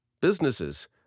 businesses